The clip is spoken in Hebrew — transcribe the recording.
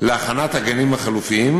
להכנת הגנים החלופיים,